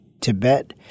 Tibet